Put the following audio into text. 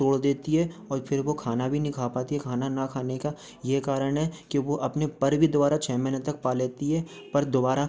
तोड़ देती है और फिर वो खाना भी नहीं खा पाती है खाना ना खाने का ये कारण है कि वो अपने पर भी दोबारा छ महीने तक पा लेती है पर दोबारा